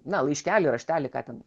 na laiškelį raštelį ką ten